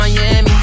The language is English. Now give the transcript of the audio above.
Miami